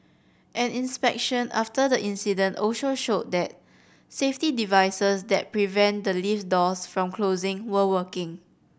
an inspection after the incident also showed that safety devices that prevent the lift doors from closing were working